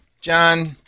John